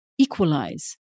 equalize